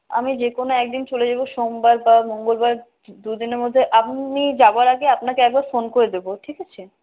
আমি যেকোনও একদিন চলে যাব সোমবার বা মঙ্গলবার দু দিনের মধ্যে আপনি যাওয়ার আগে আপনাকে একবার ফোন করে দেব ঠিক আছে